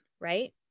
right